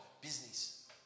business